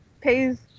pays